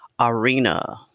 arena